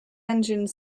engined